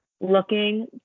Looking